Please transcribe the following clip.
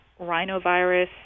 rhinovirus